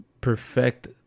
perfect